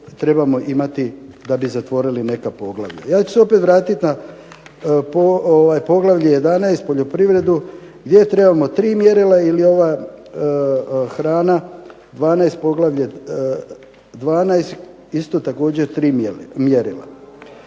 trebamo imati da bi zatvorili neka poglavlja. Ja ću se opet vratit na poglavlje 11.-Poljoprivredu gdje trebamo tri mjerila ili ova hrana poglavlje 12., isto također tri mjerila.